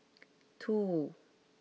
two